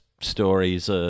stories